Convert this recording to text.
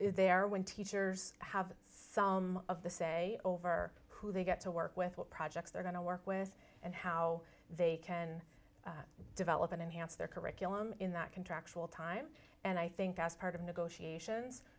there when teachers have some of the say over who they get to work with what projects they're going to work with and how they can develop and enhance their curriculum in that contractual time and i think that's part of negotiations